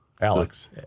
Alex